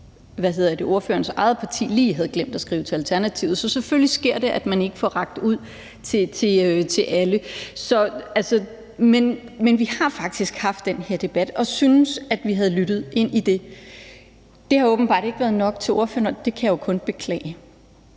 hvor ordførerens eget parti lige havde glemt at skrive til Alternativet. Så selvfølgelig sker det, at man ikke får rakt ud til alle. Men vi har faktisk haft den her debat, og vi syntes, at vi havde lyttet ind i det. Det har åbenbart ikke været nok for ordføreren, og det kan jeg jo kun beklage.